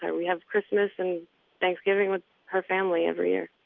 and we have christmas and thanksgiving with her family every year